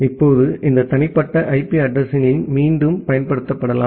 இப்போது இந்த தனிப்பட்ட ஐபி அட்ரஸிங் கள் மீண்டும் பயன்படுத்தப்படலாம்